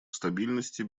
стабильности